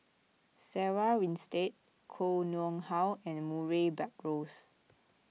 Sarah Winstedt Koh Nguang How and Murray Buttrose